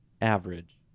average